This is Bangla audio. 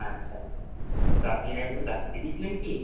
আচ্ছা আচ্ছা তো আপনি এর আগে কোথাও ডাক্তার দেখিয়েছিলেন কি